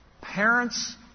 Parents